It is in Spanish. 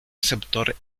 receptor